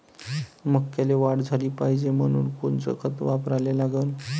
मक्याले वाढ झाली पाहिजे म्हनून कोनचे खतं वापराले लागन?